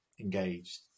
engaged